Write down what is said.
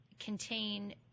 contain